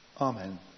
Amen